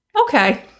Okay